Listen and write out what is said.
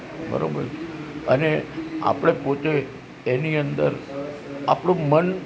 બરોબર અને આપણે પોતે એની અંદર આપણું મન